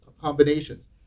combinations